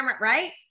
right